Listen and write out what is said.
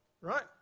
right